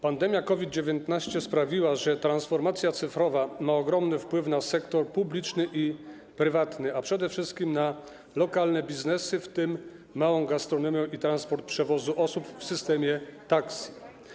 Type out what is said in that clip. Pandemia COVID-19 sprawiła, że transformacja cyfrowa ma ogromny wpływ na sektor publiczny i prywatny, a przede wszystkim na lokalne biznesy, w tym małą gastronomię i przewóz osób w systemie taksówek.